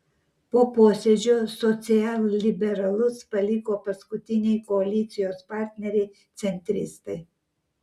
po posėdžio socialliberalus paliko paskutiniai koalicijos partneriai centristai